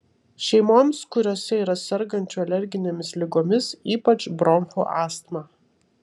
šeimoms kuriose yra sergančių alerginėmis ligomis ypač bronchų astma